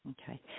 Okay